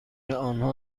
آنها